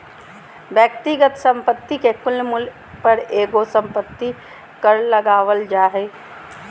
व्यक्तिगत संपत्ति के कुल मूल्य पर एगो संपत्ति कर लगावल जा हय